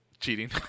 cheating